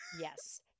Yes